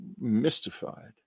mystified